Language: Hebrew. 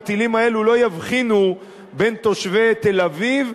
הטילים האלה לא יבחינו בין תושבי תל-אביב,